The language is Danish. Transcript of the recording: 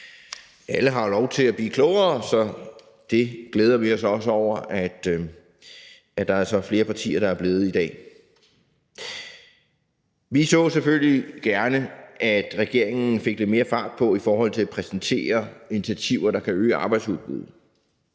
alle har lov til at blive klogere, så det glæder vi os også over at der er flere partier der er blevet i dag. Vi så selvfølgelig gerne, at regeringen fik lidt mere fart på i forhold til at præsentere initiativer, der kan øge arbejdsudbuddet,